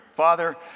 Father